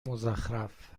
مزخرف